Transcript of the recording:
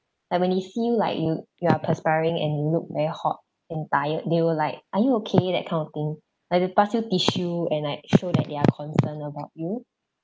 like when they see you like you you are perspiring and you look very hot and tired they will like are you okay that kind of thing like they'll pass you tissue and like show that they are concerned about you